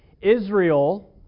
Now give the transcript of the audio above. Israel